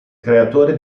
creatore